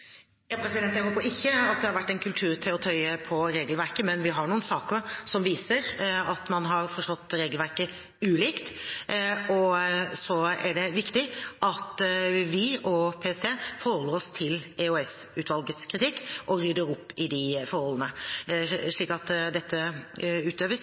Jeg håper at det ikke har vært en kultur for å tøye regelverket, men vi har noen saker som viser at man har forstått regelverket ulikt. Så er det viktig at vi og PST forholder oss til EOS-utvalgets kritikk og rydder opp i de forholdene, slik at dette utøves